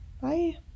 Bye